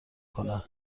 کنم